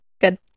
Good